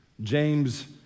James